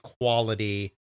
quality